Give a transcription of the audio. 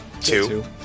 Two